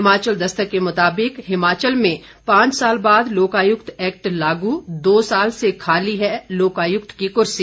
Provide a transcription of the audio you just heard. हिमाचल दस्तक के मुताबिक हिमाचल में पांच साल बाद लोकायुक्त एक्ट लागू दो साल से खाली है लोकायुक्त की कुर्सी